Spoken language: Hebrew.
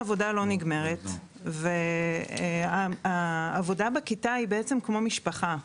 העבודה לא נגמרת והעבודה בכיתה היא בעצם כמו משפחה.